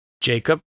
Jacob